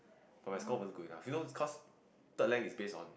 but my score wasn't good enough you know cause third lang is based on